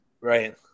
right